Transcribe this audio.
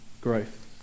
growth